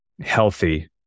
healthy